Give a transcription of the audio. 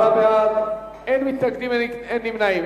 עשרה בעד, אין מתנגדים, אין נמנעים.